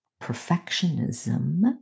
perfectionism